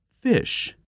Fish